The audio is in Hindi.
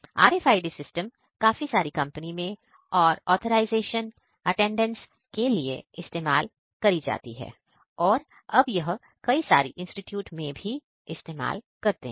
RFID सिस्टम काफी सारी कंपनी में और ऑथराइजेशन अटेंडेंस के लिए इस्तेमाल करती है और यह सब कई सारी इंस्टिट्यूट में भी इस्तेमाल करते हैं